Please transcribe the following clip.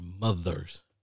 mothers